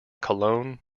cologne